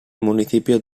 municipio